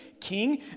King